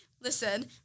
listen